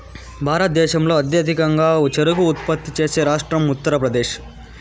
భారతదేశంలో అత్యధికంగా చెరకు ఉత్పత్తి చేసే రాష్ట్రం ఉత్తరప్రదేశ్